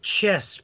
chess